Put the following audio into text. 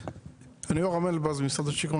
האם יש מדיניות לממשלת ישראל,